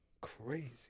Crazy